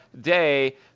day